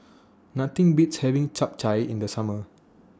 Nothing Beats having Chap Chai in The Summer